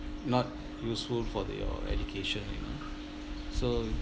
not useful for the your education you know so